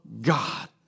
God